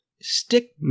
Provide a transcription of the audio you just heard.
Stick